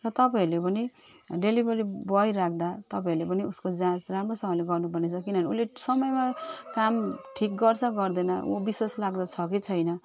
र तपाईँहरूले पनि डिलिभेरी बोय राख्दा तपाईँहरूले पनि उसको जाँच राम्रोसँगले गर्नुपर्नेछ किनभने उसले समयमा काम ठिक गर्छ गर्दैन ऊ विश्वास लाग्दो छ कि छैन